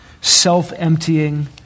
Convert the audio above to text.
self-emptying